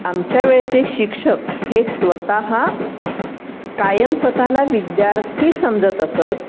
आमच्या वेळेचे शिक्षक हे स्वतः कायम स्वतःला विद्यार्थी समजत असत